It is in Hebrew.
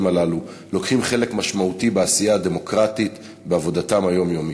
הללו לוקחים חלק משמעותי בעשייה הדמוקרטית בעבודתם היומיומית.